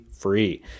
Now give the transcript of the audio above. Free